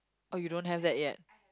oh you don't have that yet